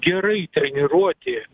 gerai treniruoti